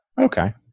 Okay